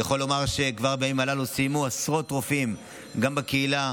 אני יכול לומר שכבר בימים הללו סיימו עשרות רופאים גם בקהילה,